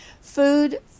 food